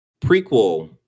prequel